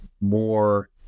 more